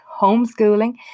homeschooling